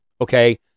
Okay